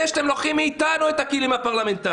שאתם לוקחים מאיתנו את הכלים הפרלמנטריים.